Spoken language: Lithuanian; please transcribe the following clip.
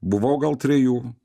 buvau gal trejų